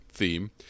theme